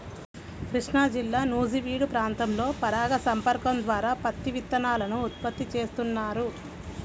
కృష్ణాజిల్లా నూజివీడు ప్రాంతంలో పరాగ సంపర్కం ద్వారా పత్తి విత్తనాలను ఉత్పత్తి చేస్తున్నారు